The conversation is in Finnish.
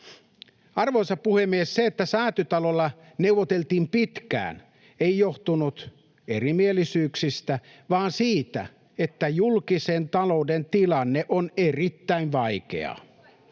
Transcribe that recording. Arvoisa puhemies! Se, että Säätytalolla neuvoteltiin pitkään, ei johtunut erimielisyyksistä vaan siitä, että julkisen talouden tilanne on erittäin vaikea